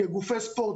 כגופי ספורט,